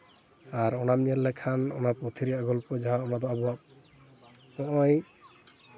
ᱟᱨ ᱚᱱᱟᱢ ᱧᱮᱞ ᱞᱮᱠᱷᱟᱱ ᱚᱱᱟ ᱯᱩᱛᱷᱤ ᱨᱮᱭᱟᱜ ᱜᱚᱞᱯᱚ ᱡᱟᱦᱟᱸ ᱚᱱᱟᱫᱚ ᱟᱵᱚᱣᱟᱜ ᱱᱚᱜᱼᱚᱭ